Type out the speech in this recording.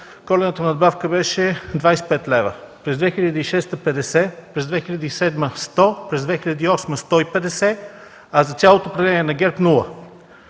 коледната надбавка беше 25 лв., през 2006 – 50, през 2007 – 100, през 2008 – 150, а за цялото управление на ГЕРБ –